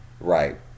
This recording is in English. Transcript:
Right